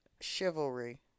chivalry